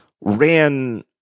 ran